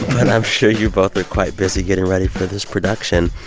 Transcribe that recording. i'm sure you both are quite busy getting ready for this production.